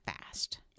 fast